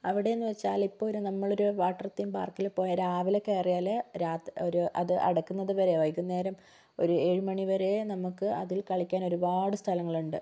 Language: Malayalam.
അവിടെയെന്ന് വെച്ചാൽ ഇപ്പോഴൊരു നമ്മളൊരു വാട്ടർ തീം പാർക്കിൽ പോയാൽ രാവിലെ കയറിയാൽ രാത് ഒരു അത് അടക്കുന്നത് വരെ വൈകുന്നേരം ഒരു ഏഴുമണി വരേ നമുക്ക് അതിൽ കളിയ്ക്കാൻ ഒരു പാട് സ്ഥലങ്ങളുണ്ട്